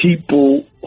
people